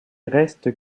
reste